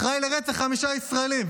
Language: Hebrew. אחראי לרצח חמישה ישראלים,